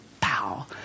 pow